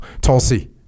Tulsi